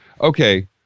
Okay